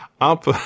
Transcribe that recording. Up